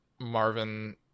Marvin